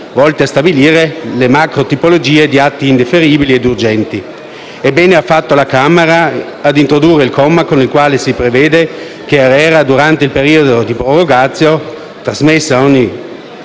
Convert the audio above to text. volte a stabilire le macrotipologie di atti indifferibili e urgenti e bene ha fatto la Camera a introdurre il comma con il quale si prevede che ARERA, durante il periodo di *prorogatio*, trasmetta ogni